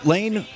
Lane